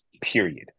Period